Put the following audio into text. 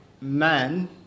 man